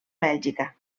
bèlgica